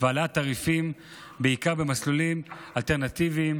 והעלאת תעריפים בעיקר במסלולים אלטרנטיביים